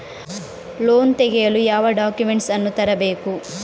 Loan ತೆಗೆಯಲು ಯಾವ documents ಅನ್ನು ತರಬೇಕು?